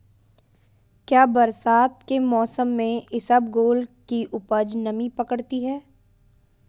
क्या बरसात के मौसम में इसबगोल की उपज नमी पकड़ती है?